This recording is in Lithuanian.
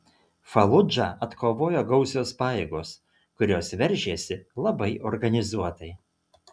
faludžą atkovojo gausios pajėgos kurios veržėsi labai organizuotai